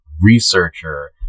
researcher